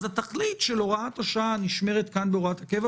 אז התכלית של הוראת השעה נשמרת כאן בהוראת הקבע.